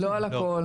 לא על הכל.